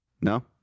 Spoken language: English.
No